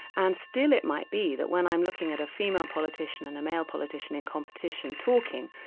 and still it might be that when i'm looking at a female politician and a male politician in competition talking,